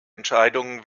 entscheidungen